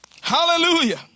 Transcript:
Hallelujah